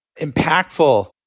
impactful